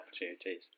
opportunities